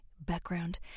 background